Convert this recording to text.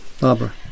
Barbara